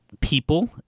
people